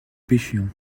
pêchions